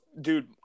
Dude